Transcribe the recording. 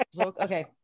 okay